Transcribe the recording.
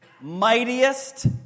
mightiest